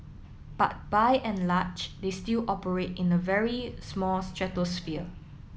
but by and large they still operate in a very small stratosphere